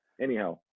Anyhow